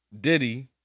Diddy